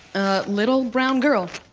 little brown girl.